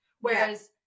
Whereas